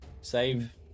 save